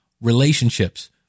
Relationships